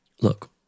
Look